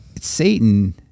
Satan